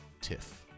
tiff